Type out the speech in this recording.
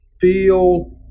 feel